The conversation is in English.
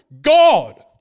God